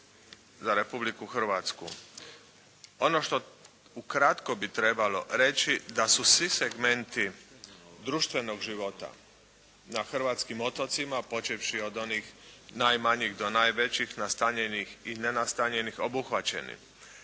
za Republiku Hrvatsku. Ono što ukratko bi trebalo reći da su svi segmenti društvenog života na hrvatskim otocima, počevši od onih najmanjih do najvećih nastanjenih i nenastanjenih obuhvaćeni,